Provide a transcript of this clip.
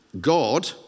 God